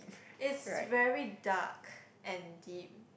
it's very dark and deep